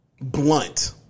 Blunt